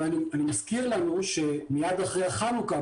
ואני מזכיר לעצמנו שמיד אחרי חנוכה,